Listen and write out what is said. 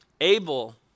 Abel